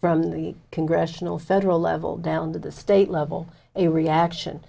from the congressional federal level down to the state level a reaction